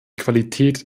qualität